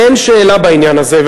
אין שאלה בעניין הזה.